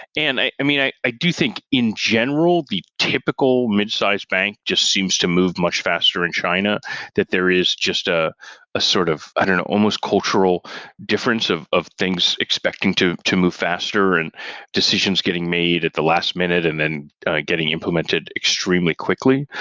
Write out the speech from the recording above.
and i i mean i i do think in general, the typical midsize bank just seems to move much faster in china that there is just a sort of i don't know, almost cultural difference of of things expecting to to move faster and decisions getting made at the last minute and then getting implemented extremely quickly.